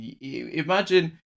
imagine